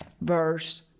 verse